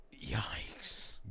Yikes